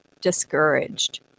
discouraged